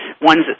ones